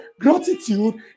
gratitude